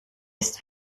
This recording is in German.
ist